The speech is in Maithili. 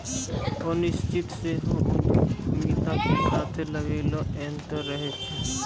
अनिश्चितता सेहो उद्यमिता के साथे लागले अयतें रहै छै